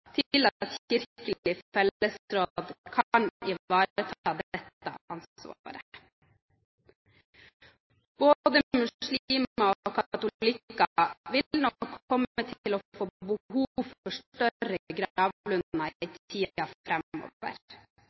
til at Kirkelig fellesråd kan ivareta dette ansvaret. Både muslimer og katolikker vil nok komme til å få behov for større gravlunder i tiden framover på grunn av